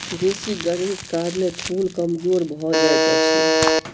बेसी गर्मीक कारणें फूल कमजोर भअ जाइत अछि